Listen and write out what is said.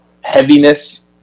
heaviness